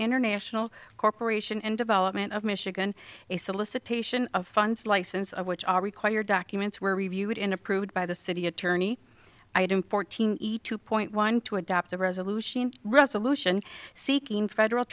international corporation and development of michigan a solicitation of funds license of which are required documents were reviewed and approved by the city attorney i had in fourteen two point one to adopt a resolution resolution seeking federal